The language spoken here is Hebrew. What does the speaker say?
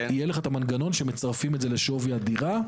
יהיה לך את המנגנון שמצרפים את זה לשווי הדירה,